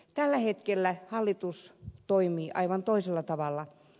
tällä hetkellä hallitus toimii aivan toisella tavalla